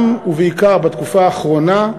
גם, ובעיקר בתקופה האחרונה,